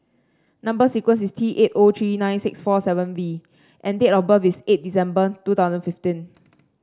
number sequence is T eight O three nine six four seven V and date of birth is eight December two thousand fifteen